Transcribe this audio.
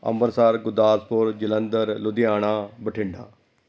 Amritsar Gurdaspur Jalandhar Ludhiana Bathinda